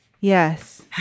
Yes